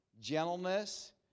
gentleness